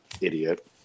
idiot